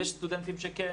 יש סטודנטים שכן,